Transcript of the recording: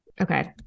Okay